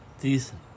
Decent